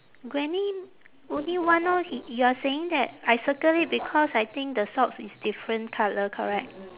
granny only one orh h~ you are saying that I circle it because I think the socks is different colour correct